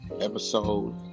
episode